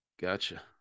Gotcha